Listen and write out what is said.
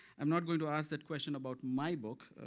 am not going to ask that question about my book.